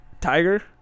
tiger